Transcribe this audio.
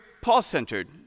Paul-centered